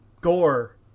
gore